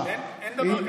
אין דבר כזה.